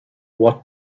what